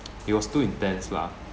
it was too intense lah